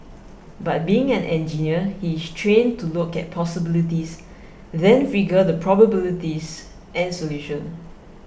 but being an engineer he is trained to look at possibilities then figure the probabilities and solutions